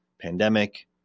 pandemic